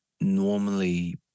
normally